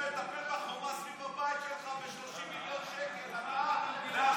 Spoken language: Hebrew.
של חברי הכנסת אורית מלכה סטרוק, שלמה קרעי,